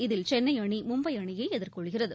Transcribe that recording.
இதில் சென்னை அணி மும்பை அணியை எதிர்கொள்கிறது